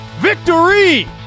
victory